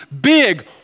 big